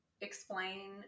explain